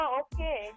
okay